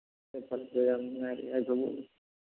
ꯐꯔꯦ ꯐꯔꯦ ꯐꯔꯦ ꯌꯥꯝ ꯅꯨꯡꯉꯥꯏꯔꯦ ꯌꯥꯏꯐꯕ ꯑꯣꯏꯌꯨ